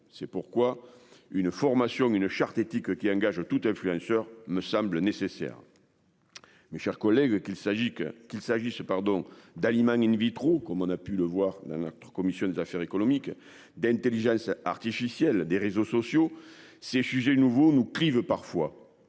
C'est pourquoi une formation, une charte éthique qui engage toute influenceurs me semble nécessaire. Mes chers collègues, qu'il s'agit que qu'il s'agisse pardon Dali Man in vitro comme on a pu le voir dans notre commission des affaires économiques d'Intelligence artificielle des réseaux sociaux ces sujets nouveau nous privent parfois